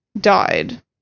died